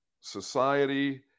society